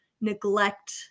neglect